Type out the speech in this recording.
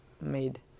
made